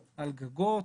על גגות,